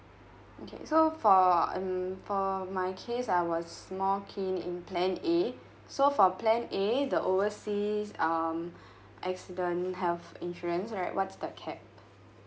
okay so for um for my case I was more keen in plan A so for plan A the overseas um accident health insurance right what's the cap